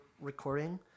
recording